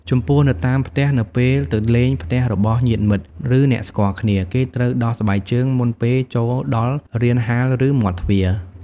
ចំពោះនៅតាមផ្ទះ នៅពេលទៅលេងផ្ទះរបស់ញាតិមិត្ត ឬអ្នកស្គាល់គ្នា គេត្រូវដោះស្បែកជើងមុនពេលចូលដល់រានហាលឬមាត់ទ្វារ។